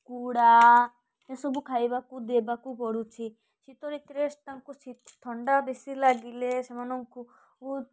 କୁଡ଼ା ଏସବୁ ଖାଇବାକୁ ଦେବାକୁ ପଡ଼ୁଛି ଶୀତଋତୁରେ ତାଙ୍କୁ ଶି ଥଣ୍ଡା ବେଶୀ ଲାଗିଲେ ସେମାନଙ୍କୁ ବହୁତ